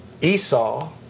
Esau